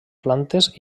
plantes